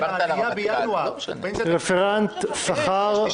חברי הכנסת,